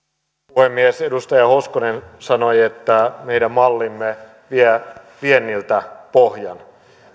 puhemies edustaja hoskonen sanoi että meidän mallimme vie vienniltä pohjan